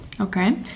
Okay